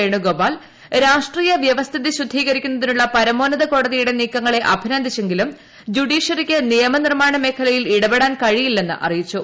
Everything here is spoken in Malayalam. വേണുഗോപാൽ രാഷ്ട്രീയ വൃവസ്ഥിതി ശുദ്ധീകരിക്കുന്നതിനുള്ള പരമോന്നത് കോട്ടതിയുടെ നീക്കങ്ങളെ അഭിനന്ദിച്ചെങ്കിലും ജുഡീഷ്യറിയ്ക്ക് ക്ടിയ്മനിർമ്മാണ മേഖലയിൽ ഇടപെടാൻ കഴിയില്ലെന്ന് അറിയിച്ചു